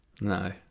No